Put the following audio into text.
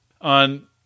on